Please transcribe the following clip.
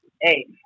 Hey